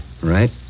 Right